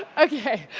okay,